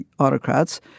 autocrats